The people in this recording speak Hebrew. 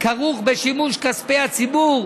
כרוך בשימוש בכספי הציבור.